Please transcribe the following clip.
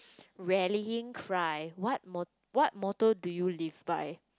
rarely cry what mo~ what motto do you live by